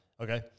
Okay